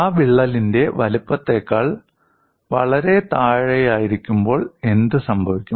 ആ വിള്ളലിന്റെ വലുപ്പത്തേക്കാൾ വളരെ താഴെയായിരിക്കുമ്പോൾ എന്തുസംഭവിക്കും